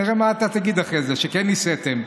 נראה מה אתה תגיד אחרי זה, שכן ניסיתם.